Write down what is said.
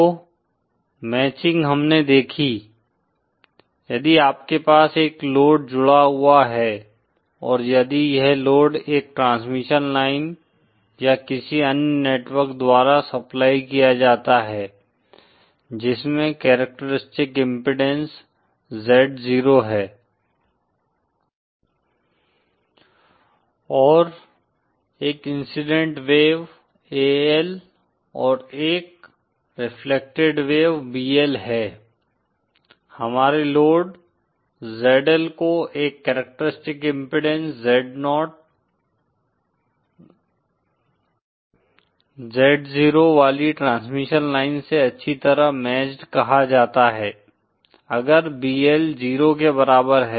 तो मैचिंग हमने देखी यदि आपके पास एक लोड जुड़ा हुआ है और यदि यह लोड एक ट्रांसमिशन लाइन या किसी अन्य नेटवर्क द्वारा सप्लाई किया जाता है जिसमें कैरक्टरस्टिक्स इम्पीडेन्स Z0 है और एक इंसिडेंट वेव AL और एक रेफ्लेक्टेड वेव BL है हमारे लोड ZL को एक कैरक्टरस्टिक्स इम्पीडेन्स Z0 वाली ट्रांसमिशन लाइन से अच्छी तरह मैच्ड कहा जाता है अगर BL 0 के बराबर है